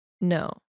No